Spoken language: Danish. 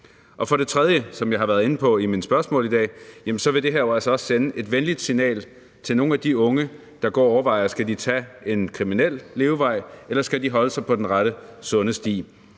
her jo altså også, som jeg har været inde på i mine spørgsmål i dag, sende et venligt signal til nogle af de unge, der går og overvejer, om de skal vælge en kriminel levevej, eller om de skal holde sig på den rette og sunde sti.